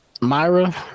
Myra